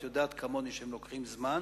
ואת יודעת כמוני שהם לוקחים זמן,